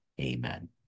Amen